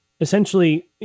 Essentially